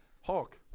Hulk